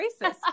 racist